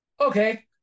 okay